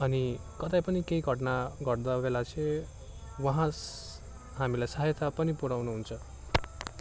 अनि कतै पनि केही घटना घट्दा बेला चाहिँ उहाँ हामीलाई सहायता पनि पुर्याउनु हुन्छ